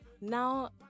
Now